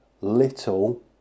little